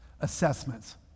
assessments